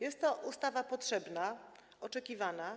Jest to ustawa potrzebna i oczekiwana.